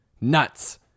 nuts